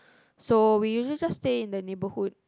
so we usually just stay in the neighbourhood